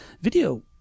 video